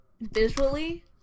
Visually